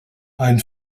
ein